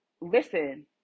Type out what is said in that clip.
Listen